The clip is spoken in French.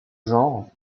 genre